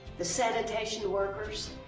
the sanitation workers,